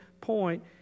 point